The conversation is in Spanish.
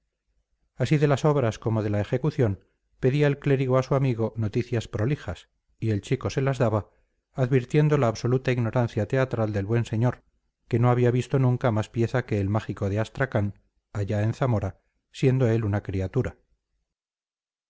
así de las obras como de la ejecución pedía el clérigo a su amigo noticias prolijas y el chico se las daba advirtiendo la absoluta ignorancia teatral del buen señor que no había visto nunca más pieza que el mágico de astrakán allá en zamora siendo él una criatura